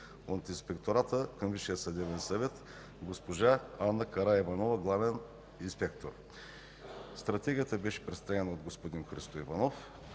от Инспектората към Висшия съдебен съвет: госпожа Анна Караиванова – главен инспектор. Стратегията беше представена от господин Христо Иванов.